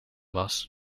was